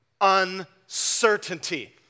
uncertainty